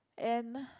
and